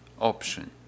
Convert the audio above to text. option